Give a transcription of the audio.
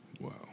Wow